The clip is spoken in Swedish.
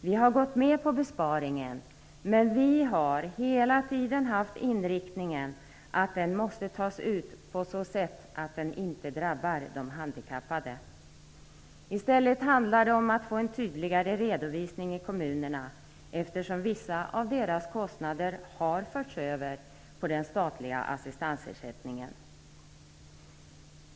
Vi har gått med på besparingen, men vi har hela tiden haft inriktningen att den måste tas ut på så sätt att den inte drabbar de handikappade. I stället handlar det om att få en tydligare redovisning i kommunerna eftersom vissa av deras kostnader har förts över på den statliga assistansersättningen.